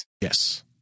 Yes